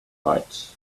heights